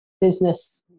business